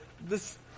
this-